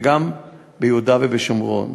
וגם ביהודה ובשומרון.